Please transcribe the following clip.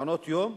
מעונות-יום,